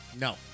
No